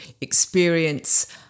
experience